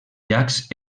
llacs